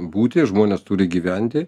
būti žmonės turi gyventi